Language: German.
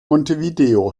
montevideo